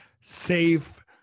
safe